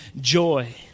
joy